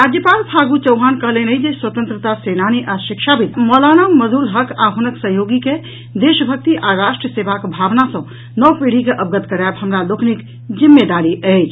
राज्यपाल फागू चौहान कहलनि अछि जे स्वतंत्रता सेनानी आ शिक्षाविद् मौलाना मजहरूल हक आ हुनक सहयोगी के देशभक्ति आ राष्ट्र सेवाक भावना सॅ नवपीढ़ी के अवगत करायब हमरा लोकनिक जिम्मेदारी अछि